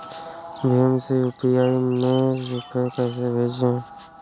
भीम से यू.पी.आई में रूपए कैसे भेजें?